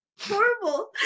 horrible